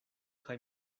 kaj